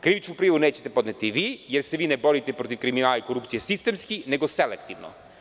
Krivičnu prijavu nećete podneti vi, jer se vi ne borite protiv kriminala i korupcije sistemski nego selektivno.